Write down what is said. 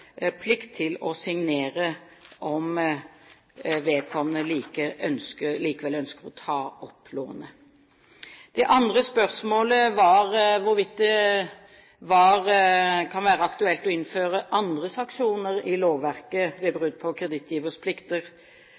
plikt til å signere om vedkommende likevel ønsker å ta opp lånet. Det andre spørsmålet gjaldt hvorvidt det kan være aktuelt å innføre andre sanksjoner i lovverket ved brudd på kredittgivers plikter.